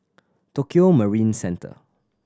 Tokio Marine Centre